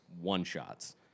one-shots